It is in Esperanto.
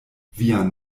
vian